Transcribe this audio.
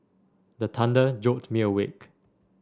the thunder jolt me awake